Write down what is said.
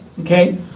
okay